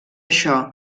això